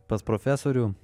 pas profesorių